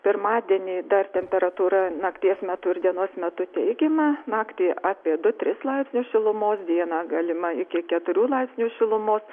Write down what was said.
pirmadienį dar temperatūra nakties metu ir dienos metu teigiama naktį apie du tris laipsnius šilumos dieną galima iki keturių laipsnių šilumos